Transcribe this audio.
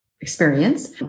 experience